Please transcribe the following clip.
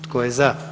Tko je za?